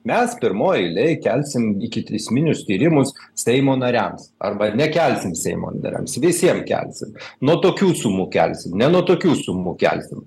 mes pirmoj eilėj kelsim ikiteisminius tyrimus seimo nariams arba nekelsim seimo nariams visiem kelsim nuo tokių sumų kelsim ne nuo tokių sumų kelsim